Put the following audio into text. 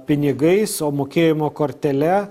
pinigais o mokėjimo kortele